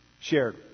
shared